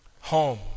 Home